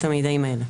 כל המידע הזה.